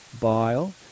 bile